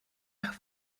nach